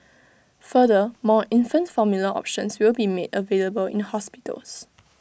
further more infant formula options will be made available in hospitals